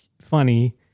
funny